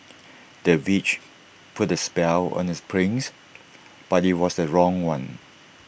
the witch put A spell on the prince but IT was the wrong one